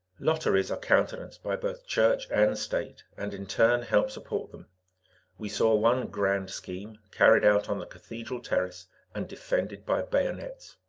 lotteries are countenanced by both church and state, and in turn help support them we saw one grand scheme carried out on the cathedral terrace and defended by bayonets.